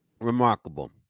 Remarkable